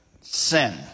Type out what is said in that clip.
sin